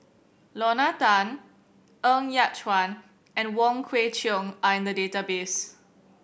Lorna Tan Ng Yat Chuan and Wong Kwei Cheong are in the database